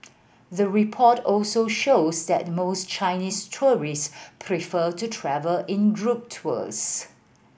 the report also shows that most Chinese tourists prefer to travel in group tours